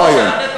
לא היום.